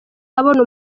abona